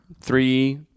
three